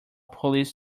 police